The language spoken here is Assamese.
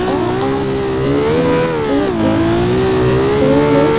অ আ ই ঈ উ ঊ ৰু ৰূ